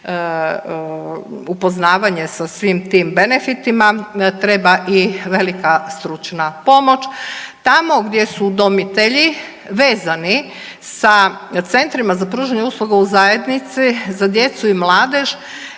upoznavanje sa svim tim benefitima treba i velika stručna pomoć. Tamo gdje su udomitelji vezani sa centrima za pružanje usluga u zajednici za djecu i mladež,